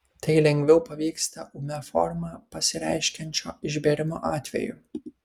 tai lengviau pavyksta ūmia forma pasireiškiančio išbėrimo atveju